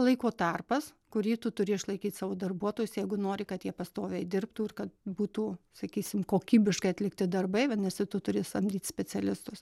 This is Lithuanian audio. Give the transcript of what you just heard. laiko tarpas kurį tu turi išlaikyt savo darbuotojus jeigu nori kad jie pastoviai dirbtų ir kad būtų sakysim kokybiškai atlikti darbai vadinasi tu turi samdyt specialistus